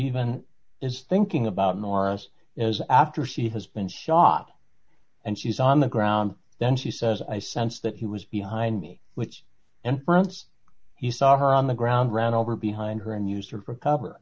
even is thinking about norris is after she has been shot and she's on the ground then she says i sense that he was behind me which and fronts he saw her on the ground ran over behind her and used her for cover